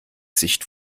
sicht